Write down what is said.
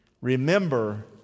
Remember